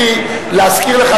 רציתי להזכיר לך,